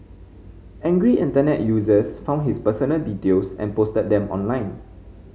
angry Internet users found his personal details and posted them online